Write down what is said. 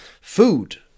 food